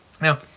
Now